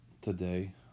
today